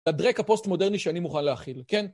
לדרק הפוסט מודרני שאני מוכן להכיל, כן?